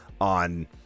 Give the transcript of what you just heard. on